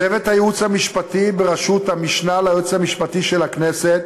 צוות הייעוץ המשפטי בראשות המשנה ליועץ המשפטי לכנסת,